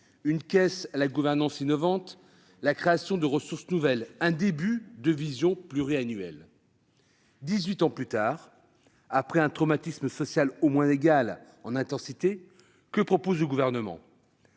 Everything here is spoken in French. une caisse à la gouvernance innovante ; la création de ressources nouvelles ; un début de vision pluriannuelle. Dix-huit ans plus tard, après un traumatisme social au moins égal en intensité, que propose le Gouvernement ?